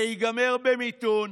זה ייגמר במיתון,